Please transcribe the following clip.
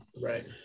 right